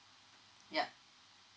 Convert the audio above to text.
yup